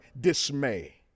dismay